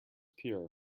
pure